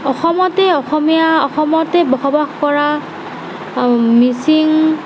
অসমতে অসমীয়া অসমতে বসবাস কৰা মিচিং